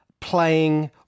playing